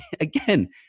again